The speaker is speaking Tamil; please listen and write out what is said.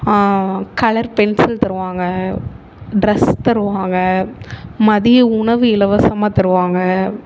கலர் பென்சில் தருவாங்க ட்ரெஸ் தருவாங்க மதிய உணவு இலவசமாக தருவாங்க